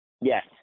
Yes